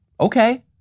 Okay